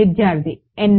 విద్యార్థి ఎన్